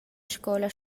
scola